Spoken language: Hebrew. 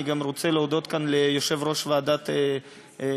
אני גם רוצה להודות כאן ליושב-ראש ועדת החינוך,